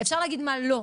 אפשר להגיד מה לא,